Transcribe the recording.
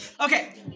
Okay